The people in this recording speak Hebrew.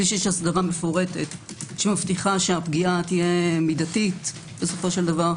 בלי שיש הסדרה מפורטת שמבטיחה שהפגיעה תהיה מידתית בסופו של דבר,